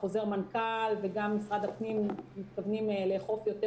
חוזר המנכ"ל וגם משרד הפנים מתכוונים לאכוף יותר